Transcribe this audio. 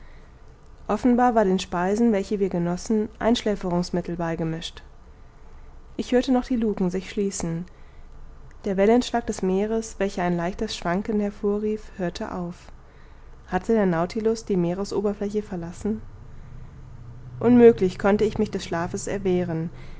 offenbar waren den speisen welche wir genossen einschläferungsmittel beigemischt ich hörte noch die lucken sich schließen der wellenschlag des meeres welcher ein leichtes schwanken hervorrief hörte auf hatte der nautilus die meeresoberfläche verlassen unmöglich konnte ich mich des schlafes erwehren